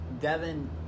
Devin